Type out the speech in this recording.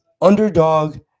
underdog